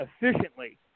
efficiently